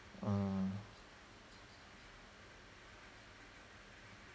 mm